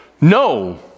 No